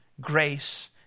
grace